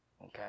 okay